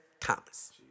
Thomas